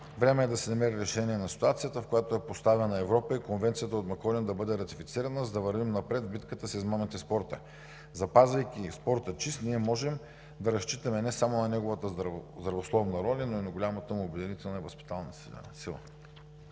Време е да се намери решение на ситуацията, в която е поставена Европа, и Конвенцията от Маколин да бъде ратифицирана, за да вървим напред в битката с измамите в спорта. Запазвайки спорта чист, ние можем да разчитаме не само на неговата здравословна роля, но и на голямата му обединителна и възпитателна сила.